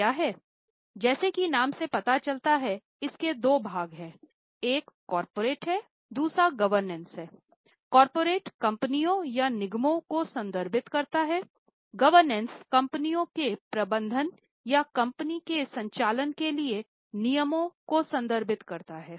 corporate कंपनियों या निगमों को संदर्भित करता है गवर्नेंस कंपनी के प्रबंधन या कंपनी के संचालन के लिए नियमों को संदर्भित करता है